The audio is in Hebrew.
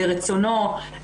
לרצונו,